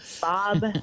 Bob